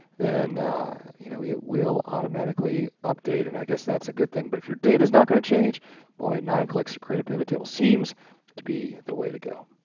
then you know it will automatically update and i guess that's a good thing, but if your data's not going to change boy, nine clicks to create a pivot table seems to be the way to go.